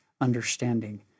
understanding